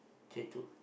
Jay two